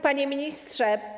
Panie Ministrze!